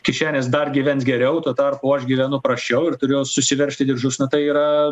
kišenės dar gyvens geriau tuo tarpu aš gyvenu prasčiau ir turėjau susiveržti diržus na tai yra